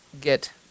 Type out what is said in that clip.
get